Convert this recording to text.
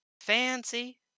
fancy